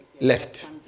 left